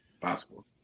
Possible